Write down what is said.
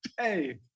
Hey